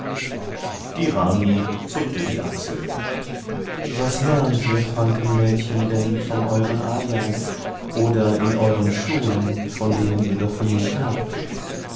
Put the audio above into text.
die rani zuckte die achsel was lernt ihr frankenmädchen denn von euren ayahs oder in euren schulen von denen ihr doch genug habt